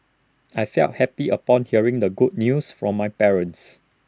I felt happy upon hearing the good news from my parents